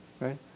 right